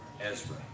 Ezra